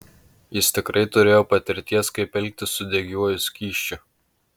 jis tikrai turėjo patirties kaip elgtis su degiuoju skysčiu